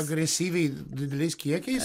agresyviai dideliais kiekiais